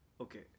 Okay